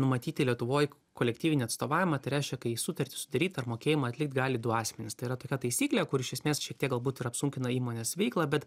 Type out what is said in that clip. numatyti lietuvoj kolektyvinį atstovavimą tai reiškia kai sutartį sudaryt ar mokėjimą atlikt gali du asmenys tai yra tokia taisyklė kur iš esmės šiek tiek galbūt ir apsunkina įmonės veiklą bet